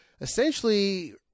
essentially